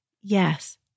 Yes